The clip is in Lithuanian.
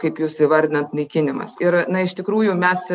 kaip jūs įvardinat naikinimas ir na iš tikrųjų mes